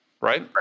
right